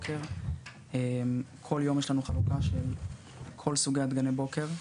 כל יום יש לנו חלוקה של כל סוגי דגני הבוקר,